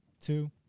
two